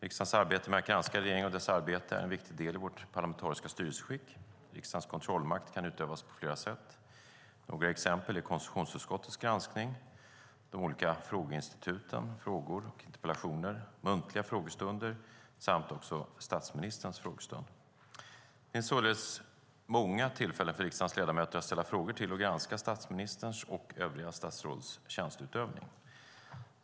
Riksdagens arbete med att granska regeringen och dess arbete är en viktig del i vårt parlamentariska styrelseskick. Riksdagens kontrollmakt kan utövas på flera sätt. Några exempel är konstitutionsutskottets granskning, de olika frågeinstituten frågor och interpellationer, muntliga frågestunder samt statsministerns frågestund. Det finns således många tillfällen för riksdagens ledamöter att ställa frågor och granska statsministerns och övriga statsråds tjänsteutövning.